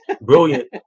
Brilliant